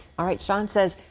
ah sam says,